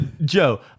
Joe